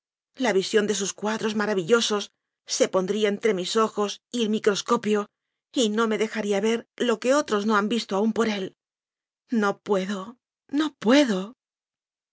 la visión de sus cuadros mara villosos se pondría entre mis ojos y el micros copio y no me dejaría ver lo que otros no han visto a'ún por él no puedo no puedo